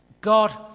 God